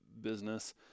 business